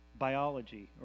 Biology